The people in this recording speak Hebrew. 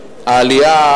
שהעלייה,